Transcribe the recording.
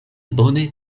bone